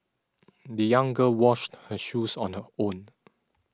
the young girl washed her shoes on her own